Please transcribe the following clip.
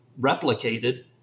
replicated